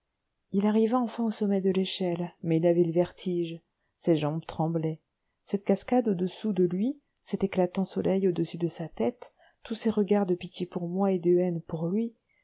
il arriva enfin au sommet de l'échelle mais il avait le vertige ses jambes tremblaient cette cascade au-dessous de lui cet éclatant soleil au-dessus de sa tête tous ces regards de pitié pour moi et de haine pour lui